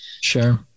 Sure